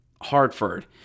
Hartford